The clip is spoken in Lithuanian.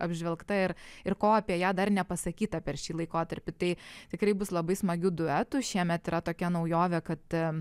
apžvelgta ir ir ko apie ją dar nepasakyta per šį laikotarpį tai tikrai bus labai smagių duetų šiemet yra tokia naujovė kad